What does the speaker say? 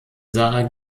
sarah